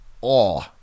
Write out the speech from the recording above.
awe